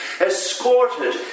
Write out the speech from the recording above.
escorted